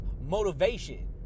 motivation